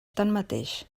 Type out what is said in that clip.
tanmateix